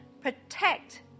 protect